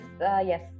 yes